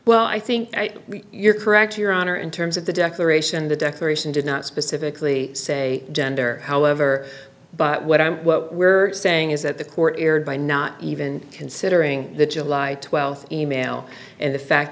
well i think you're correct your honor in terms of the declaration the declaration did not specifically say gender however but what i'm what we're saying is that the court erred by not even considering the july th e mail and the fact